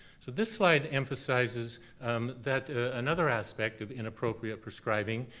so this slide emphasizes um that another aspect of inappropriate prescribing,